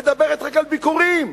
מדברת רק על ביקורים.